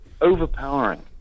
overpowering